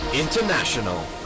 international